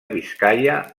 biscaia